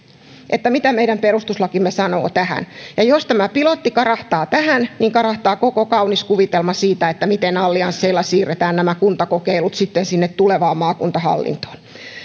niin mitä meidän perustuslakimme sanoo tähän ja jos tämä pilotti karahtaa tähän niin karahtaa koko kaunis kuvitelma siitä miten alliansseilla siirretään nämä kuntakokeilut sitten sinne tulevaan maakuntahallintoon